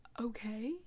okay